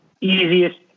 Easiest